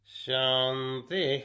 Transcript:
shanti